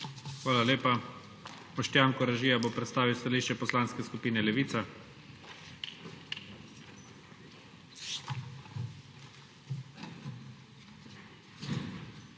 Hvala lepa. Boštjan Koražija bo predstavil stališče Poslanske skupine Levica.